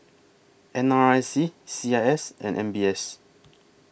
N R I C C I S and M B S